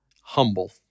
humble